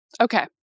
Okay